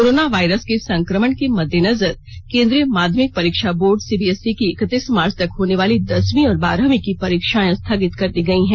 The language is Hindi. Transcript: कोरोना वायरस के संकमण के मद्देनजर केंद्रीय माध्यमिक परीक्षा बोर्ड सीबीएसई की इक्कतीस मार्च तक होने वाली दसवीं और बारहवीं की परीक्षाएं स्थगित कर दी गई हैं